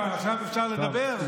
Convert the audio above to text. עכשיו אפשר לדבר?